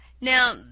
Now